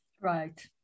Right